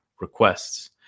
requests